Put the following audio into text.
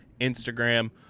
instagram